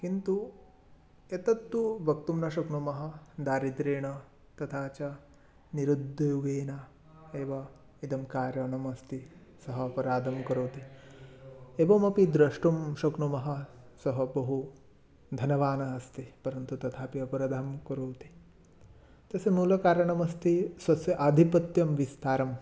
किन्तु एतत्तु वक्तुं न शक्नुमः दारिद्र्येण तथा च निरुद्योगेन एव इदं कारणम् अस्ति सः अपराधं करोति एवम् अपि द्रष्टुं शक्नुमः सः बहु धनवान् अस्ति परन्तु तथापि अपराधं करोति तस्य मूलकारणमस्ति स्वस्य आधिपत्यं विस्तारः